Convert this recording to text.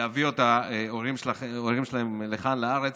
להביא את ההורים שלהם לכאן לארץ,